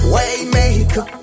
Waymaker